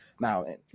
Now